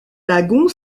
lagon